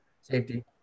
safety